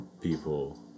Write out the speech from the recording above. people